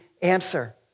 Answer